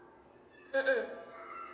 mm mm